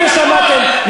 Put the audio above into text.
הנה שמעתם,